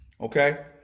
Okay